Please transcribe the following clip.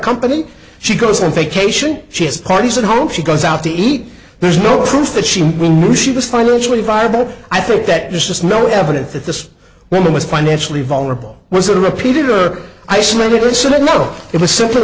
company she goes on vacation she has parties at home she goes out to eat there's no proof that we knew she was financially viable i think that there's just no evidence that this woman was financially vulnerable was a repeated or isolated incident no it was simply